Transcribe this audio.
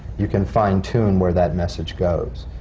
you can fine-tune where that message goes.